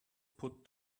put